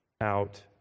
out